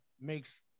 makes